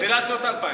תחילת שנות ה-2000.